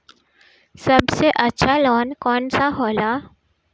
सबसे अच्छा लोन कौन सा होला?